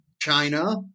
China